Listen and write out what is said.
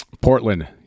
Portland